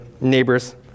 neighbors